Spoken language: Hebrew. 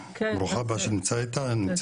ברוכה הבאה שאת נמצאת איתנו,